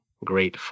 Great